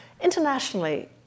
Internationally